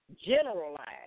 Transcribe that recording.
generalize